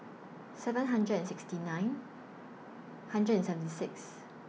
seven hundred and sixty nine hundred and seventy six